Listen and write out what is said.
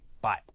Bye